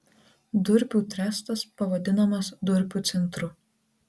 durpių trestas pavadinamas durpių centru